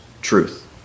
truth